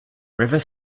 river